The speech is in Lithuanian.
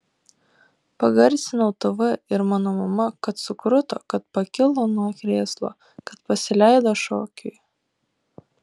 pagarsinau tv ir mano mama kad sukruto kad pakilo nuo krėslo kad pasileido šokiui